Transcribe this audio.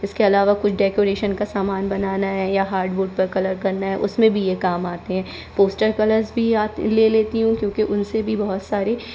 इसके अलावा कुछ डेकोरेशन का सामान बनाना है या हार्ड बोर्ड पर कलर करना है उस में भी ये काम आते हैं पोस्टर कलर्स भी ले लेती हूँ क्योंकि उनसे भी बहुत सारे